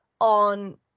on